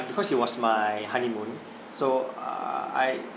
because it was my honeymoon so err I